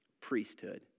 priesthood